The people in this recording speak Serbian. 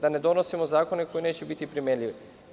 Da ne donosimo zakone koji neće biti primenljivi.